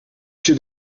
się